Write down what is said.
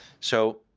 so